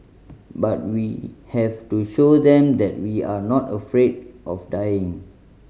but we have to show them that we are not afraid of dying